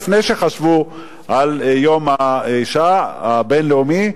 לפני שחשבו על יום האשה הבין-לאומי,